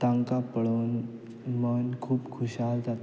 तांकां पळोवन मन खूब खुशाल जाता